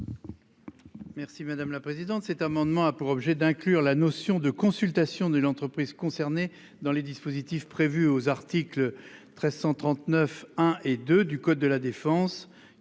Merci madame la présidente. Cet amendement a pour objet d'inclure la notion de consultation de l'entreprise concernée dans les dispositifs prévus aux articles 1339 1 et 2 du code de la défense